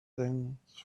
things